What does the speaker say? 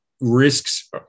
Risks